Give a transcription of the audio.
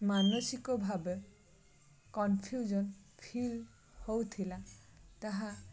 ମାନସିକ ଭାବେ confusion feel ହେଉଥିଲା ତାହା